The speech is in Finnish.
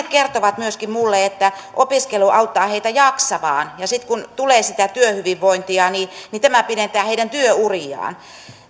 kertovat myöskin minulle että opiskelu auttaa heitä jaksamaan ja sitten kun tulee sitä työhyvinvointia niin niin tämä pidentää heidän työuriaan